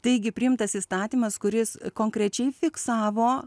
taigi priimtas įstatymas kuris konkrečiai fiksavo